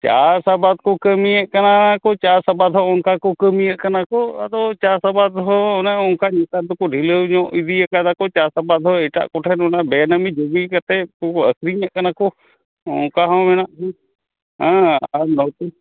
ᱪᱟᱥ ᱟᱵᱟᱫᱽ ᱠᱚ ᱠᱟᱹᱢᱤᱭᱮᱫ ᱠᱟᱱᱟ ᱠᱚ ᱪᱟᱥ ᱟᱵᱟᱫᱽ ᱚᱱᱠᱟ ᱠᱚ ᱠᱟᱹᱢᱤᱭᱮᱫ ᱠᱟᱱᱟ ᱠᱚ ᱟᱫᱚ ᱪᱟᱥ ᱟᱵᱟᱫᱽ ᱦᱚᱸ ᱚᱱᱮ ᱚᱱᱠᱟ ᱱᱮᱛᱟᱨ ᱫᱚᱠᱚ ᱰᱷᱤᱞᱟᱹᱣ ᱧᱚᱜ ᱤᱫᱤᱭᱟᱠᱟᱫᱟ ᱠᱚ ᱪᱟᱥ ᱟᱵᱟᱫᱽ ᱦᱚᱸ ᱮᱴᱟᱜ ᱠᱚᱴᱷᱮᱱ ᱚᱱᱟ ᱵᱮᱱᱟᱢᱤ ᱡᱩᱜᱤ ᱠᱟᱛᱮᱫ ᱩᱱᱠᱩᱠᱚ ᱟᱹᱠᱷᱟᱨᱤᱧᱮᱫ ᱠᱟᱱᱟ ᱠᱚ ᱚᱱᱠᱟ ᱦᱚᱸ ᱢᱮᱱᱟᱜ ᱠᱚ ᱦᱮᱸ ᱟᱨ ᱱᱚᱛᱮ